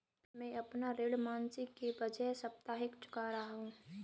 मैं अपना ऋण मासिक के बजाय साप्ताहिक चुका रहा हूँ